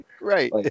Right